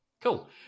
Cool